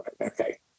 okay